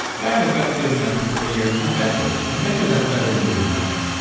but i have a gut feeling after forty years, i bet you, i bet you that's better than doing nothing.